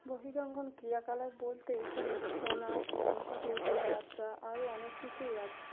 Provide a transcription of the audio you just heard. বহিরঙ্গন ক্রিয়াকলাপ বলতে এখানে ছৌ নাচ মনসা পুজো যাত্রা আরও অনেক কিছুই আছে